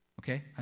okay